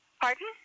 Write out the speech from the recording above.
Pardon